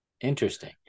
Interesting